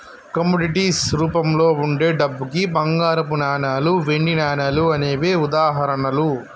commodities రూపంలో వుండే డబ్బుకి బంగారపు నాణాలు, వెండి నాణాలు అనేవే ఉదాహరణలు